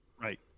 Right